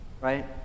Right